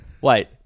Wait